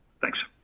Thanks